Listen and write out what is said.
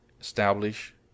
establish